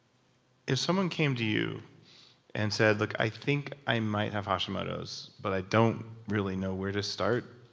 if someone came to you and said, look, i think i might have hashimoto's, but i don't really know where to start.